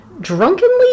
drunkenly